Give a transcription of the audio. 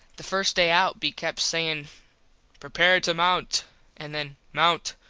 the first day out be kept sayin prepare to mount and then mount.